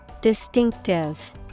Distinctive